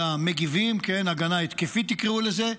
אלא מגיבים, הגנה התקפית, תקראו לזה.